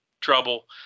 trouble